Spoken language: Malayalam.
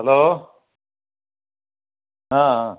ഹലോ ആ